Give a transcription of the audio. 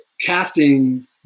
casting